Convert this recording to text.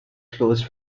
closed